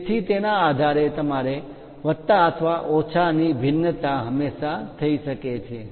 તેથી તેના આધારે તમારા વત્તા અને ઓછા ની ભિન્નતા હંમેશાં થઈ શકે છે